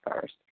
first